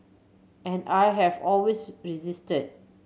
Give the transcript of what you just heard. and I have always resisted